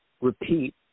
repeat